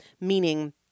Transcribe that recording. meaning